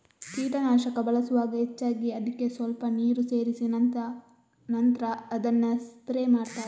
ಕೀಟನಾಶಕ ಬಳಸುವಾಗ ಹೆಚ್ಚಾಗಿ ಅದ್ಕೆ ಸ್ವಲ್ಪ ನೀರು ಸೇರಿಸಿ ನಂತ್ರ ಅದನ್ನ ಸ್ಪ್ರೇ ಮಾಡ್ತಾರೆ